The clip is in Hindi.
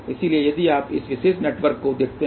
इसलिए यदि आप इस विशेष नेटवर्क को देखते हैं